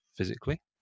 Physically